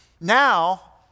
now